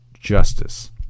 justice